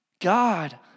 God